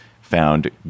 found